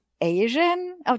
Asian